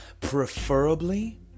preferably